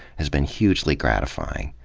has been hugely gratifying.